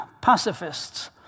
pacifists